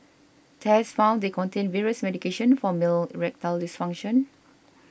tests found they contained various medications for male erectile dysfunction